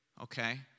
okay